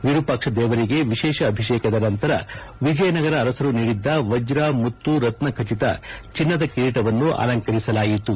ವಿರೂಪಾಕ್ಷ ದೇವರಿಗೆ ವಿಶೇಷ ಅಭಿಷೇಕದ ನಂತರ ವಿಜಯನಗರ ಅರಸರು ನೀಡಿದ್ದ ವಜ್ರ ಮುತ್ತು ರತ್ನ ಖಟಿತ ಚಿನ್ನದ ಕಿರೀಟವನ್ನು ಅಂಲಕರಿಸಲಾಯಿತು